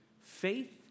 faith